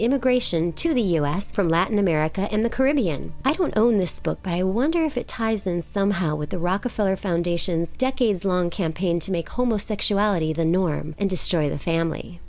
mmigration to the us from latin america and the caribbean i don't own this book but i wonder if it ties in somehow with the rockefeller foundations decades long campaign to make homosexuality the norm and destroy the family